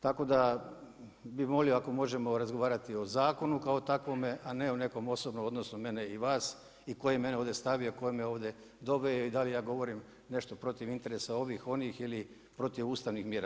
Tako da bi molio ako možemo razgovarati o zakonu kao takvome, a ne o nekom osobnom odnosu mene i vas i tko je mene ovdje stavio i tko me ovdje doveo i da li ja govorim nešto protiv interesa ovih, onih ili protiv ustavnih mjera.